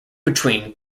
between